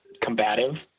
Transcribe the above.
combative